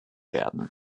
werden